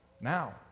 now